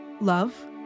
Love